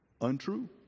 Untrue